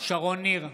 שרון ניר,